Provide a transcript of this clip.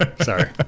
Sorry